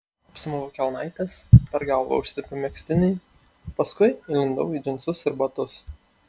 apsimoviau kelnaites per galvą užsitempiau megztinį paskui įlindau į džinsus ir batus